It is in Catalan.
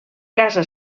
casa